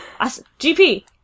GP